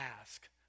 ask